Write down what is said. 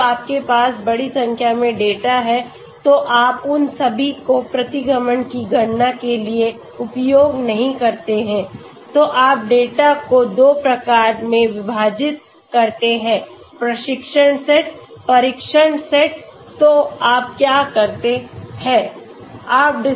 फिर जब आपके पास बड़ी संख्या में डेटा है तो आप उन सभी को प्रतिगमन की गणना के लिए उपयोग नहीं करते हैं तो आप डेटा को 2 प्रकारों में विभाजित करते हैं प्रशिक्षण सेट परीक्षण सेट तो आप क्या करते हैं